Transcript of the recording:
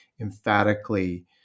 emphatically